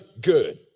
good